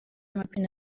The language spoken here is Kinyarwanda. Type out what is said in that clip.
amapine